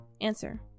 answer